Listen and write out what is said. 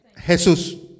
Jesús